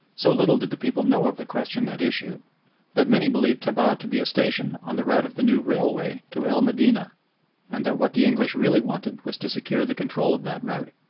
so little did the people know of the question at issue that many believed tabah to be a station on the route of the new railway to el medina and that what the english really wanted was to secure the control of that route.